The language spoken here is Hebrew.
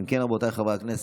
אם כן, רבותיי חברי הכנסת,